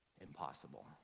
impossible